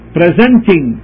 presenting